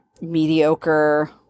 mediocre